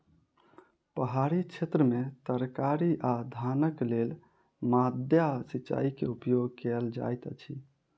पहाड़ी क्षेत्र में तरकारी आ धानक लेल माद्दा सिचाई के उपयोग कयल जाइत अछि